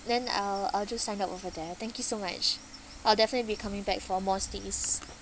then I'll I'll just sign up over there thank you so much I'll definitely be coming back for more stays